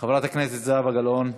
חברת הכנסת זהבה גלאון?